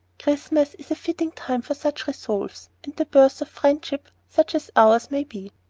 christmas is a fitting time for such resolves, and the birth of friendship such as ours may be.